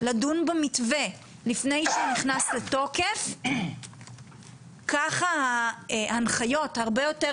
לדון במתווה לפני שהוא נכנס לתוקף ככה ההנחיות הרבה יותר